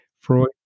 Freud